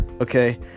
okay